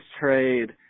trade